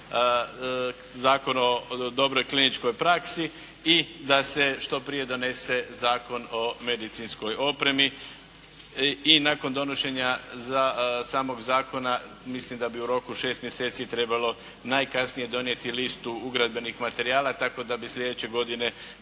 Zakon o dobroj kliničkoj praksi i da se što prije donese Zakon o medicinskoj opremi i nakon donošenja samog zakona mislim da bi u roku od 6 mjeseci trebalo najkasnije donijeti listu ugradbenih materijala tako da bi slijedeće godine